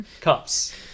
cups